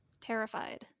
Terrified